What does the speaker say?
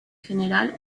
general